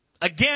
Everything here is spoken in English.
again